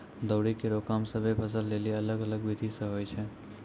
दौरी केरो काम सभ्भे फसल लेलि अलग अलग बिधि सें होय छै?